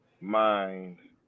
mind